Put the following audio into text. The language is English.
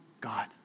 God